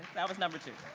that was number two.